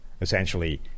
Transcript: essentially